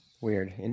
Weird